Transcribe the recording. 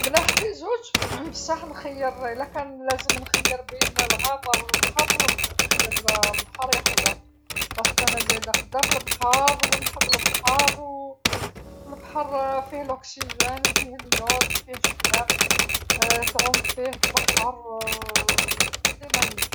ملاح في زوج بصح نخير إيلا كان لازم نخير بين الغابة والبحر نخير لبحر يا خويا، لأن أنا زايدة قدام لبحر ونحب لبحر أو لبحر فيه الأكسجين فيه اليود فيه شباب، تعوم فيه تبحر إنه رائع.